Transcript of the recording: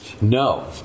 No